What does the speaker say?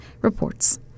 reports